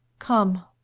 come.